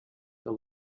the